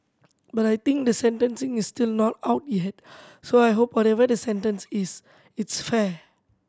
but I think the sentencing is still not out yet so I hope whatever the sentence is it's fair